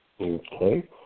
Okay